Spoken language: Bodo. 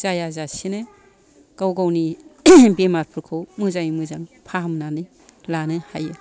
जाया जासेनो गाव गावनि बेमारफोरखौ मोजाङै मोजां फाहामनानै लानो हायो